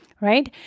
right